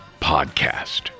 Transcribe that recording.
Podcast